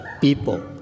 people